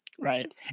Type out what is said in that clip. Right